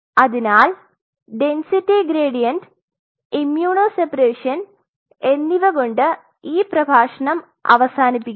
അതിനാൽ density gradient immuno separation എന്നിവ കൊണ്ട് ഈ പ്രഭാഷണം അവസാനിപ്പിക്കുന്നു